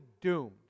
doomed